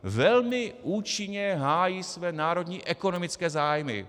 Velmi účinně hájí své národní ekonomické zájmy.